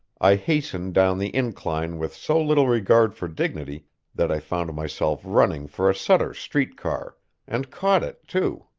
i hastened down the incline with so little regard for dignity that i found myself running for a sutter street car and caught it, too.